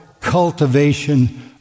cultivation